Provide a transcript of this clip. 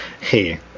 hey